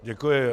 Děkuji.